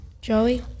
Joey